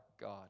God